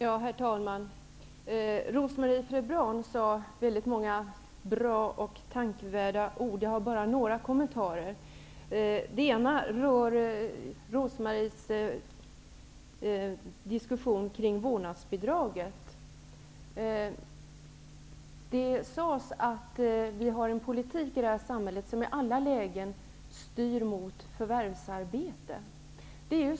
Herr talman! Rose-Marie Frebran sade väldigt många bra och tänkvärda ord. Jag har bara några kommentarer. Först vill jag ta upp Rose-Marie Frebrans diskussion kring vårdnadsbidraget. Det sades att vi i det här samhället har en politik som i alla lägen styr mot förvärvsarbete.